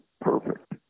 perfect